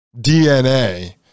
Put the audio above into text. DNA